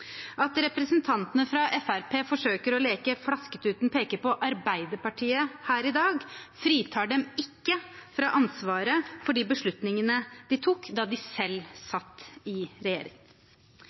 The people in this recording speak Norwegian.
At representantene fra Fremskrittspartiet forsøker å leke Flasketuten peker på med Arbeiderpartiet her i dag, fritar dem ikke fra ansvaret for de beslutningene de tok da de selv satt i regjering.